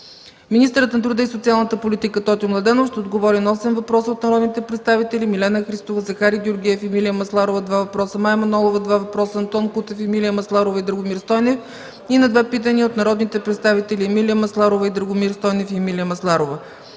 Министърът на труда и социалната политика Тотю Младенов ще отговори на осем въпроса от народните представители